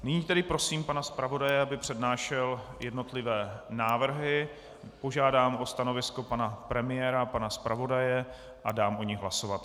Nyní tedy prosím pana zpravodaje, aby přednášel jednotlivé návrhy, požádám o stanovisko pana premiéra, pana zpravodaje a dám o nich hlasovat.